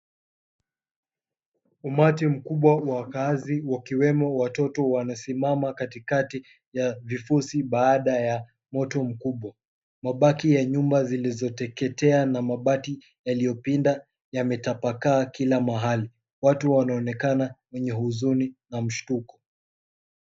Umati mkubwa wa wakaazi wakiwemo watoto wanasimama katikati ya vifusi baada ya moto mkubwa. Mabaki ya nyumba zilizoteketea na mabati yaliyopinda yametapakaa kila mahali. Watu wanaonekana wenye huzuni na mshtuko.